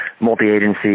multi-agency